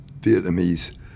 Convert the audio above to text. Vietnamese